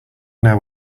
now